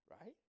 right